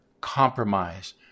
compromise